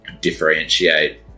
differentiate